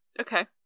Okay